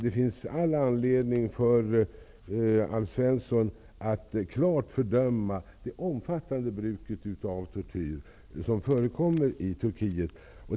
Det finns all anledning för Alf Svensson att klart fördöma det omfattande bruk av tortyr som förekommer i Turkiet.